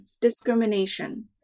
Discrimination